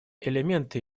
элементы